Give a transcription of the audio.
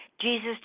Jesus